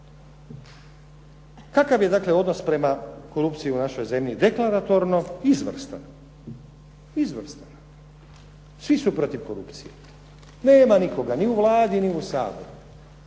dakle odnos prema korupciji u našoj zemlji? Deklaratorno izvrstan. Svi su protiv korupcije. Nema nikoga ni u Vladi ni u Saboru